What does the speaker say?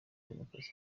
demokarasi